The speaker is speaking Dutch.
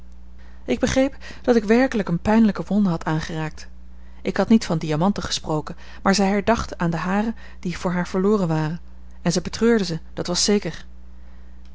ik begreep dat ik werkelijk eene pijnlijke wonde had aangeraakt ik had niet van diamanten gesproken maar zij herdacht aan de hare die voor haar verloren waren en zij betreurde ze dat was zeker